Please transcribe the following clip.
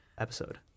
episode